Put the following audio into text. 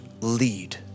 lead